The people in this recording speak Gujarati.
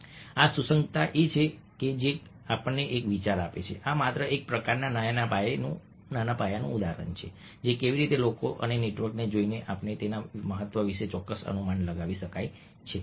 આ સુસંગતતા છે કારણ કે આ આપણને એક વિચાર આપે છે આ માત્ર એક પ્રકારનું નાના પાયે ઉદાહરણ છે કે કેવી રીતે લોકો અને નેટવર્કને જોઈને પણ આપણે તેમના મહત્વ વિશે ચોક્કસ અનુમાન લગાવી શકીએ છીએ